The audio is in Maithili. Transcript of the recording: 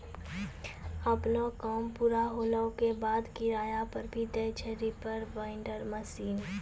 आपनो काम पूरा होला के बाद, किराया पर भी दै छै रीपर बाइंडर मशीन